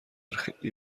خیلی